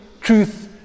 Truth